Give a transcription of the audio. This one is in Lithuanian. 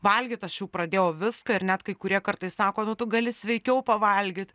valgyt aš jau pradėjau viską ir net kai kurie kartais sako nu tu gali sveikiau pavalgyt